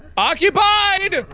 occupied!